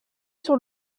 sur